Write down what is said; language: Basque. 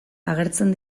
agertzen